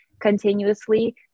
continuously